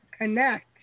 connect